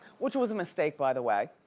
which was a mistake, by the way.